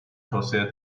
خاصیت